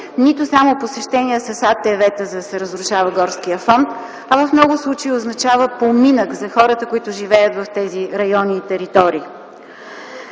нито само посещения с АТВ-та, за да се разрушава горският фонд, а в много случаи означава поминък за хората, които живеят в тези райони и територии.